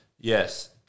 yes